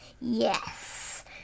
Yes